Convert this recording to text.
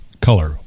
color